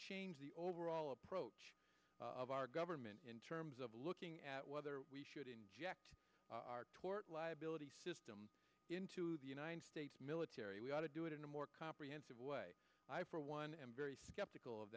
change the overall approach of our government in terms of looking at whether we should inject our tort liability system into the united states military we ought to do it in a more comprehensive way i for one am very skeptical of